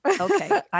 Okay